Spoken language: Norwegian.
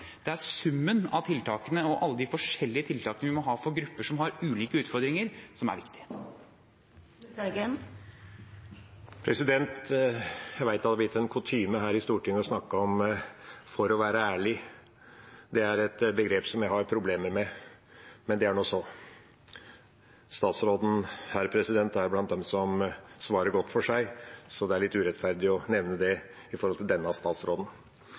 Det er summen av tiltakene og alle de forskjellige tiltakene vi må ha for grupper med ulike utfordringer, som er viktig. Jeg vet det har blitt en kutyme her i Stortinget å si «for å være ærlig». Det er et begrep jeg har problemer med, men det er nå så. Statsråden er en av dem som svarer godt for seg, så det er litt urettferdig å nevne det for denne statsråden. Det å greie å få et arbeid når en har en svak posisjon i